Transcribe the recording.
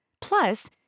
Plus